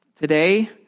today